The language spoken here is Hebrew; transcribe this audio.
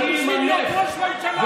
אתה ניסית להיות ראש ממשלה,